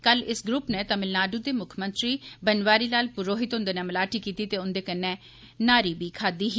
कल इस ग्रुप नै तमिलनाडु दे मुक्खमंत्री बनवारी लाल पुरोहित हुन्दे नै मलाटी कीती ते उन्दे कन्नै नाहरी बी खादी ही